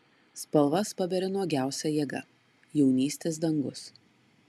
spalvas paberia nuogiausia jėga jaunystės dangus